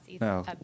No